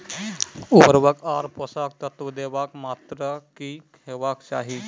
उर्वरक आर पोसक तत्व देवाक मात्राकी हेवाक चाही?